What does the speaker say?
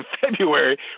February